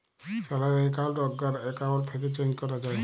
salary account আগ্কার account থ্যাকে change ক্যরা যায়